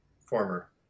former